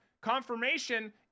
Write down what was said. confirmation